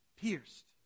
Pierced